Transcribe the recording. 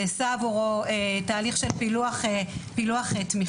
נעשה עבורו תהליך של פילוח תמיכות,